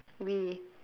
wii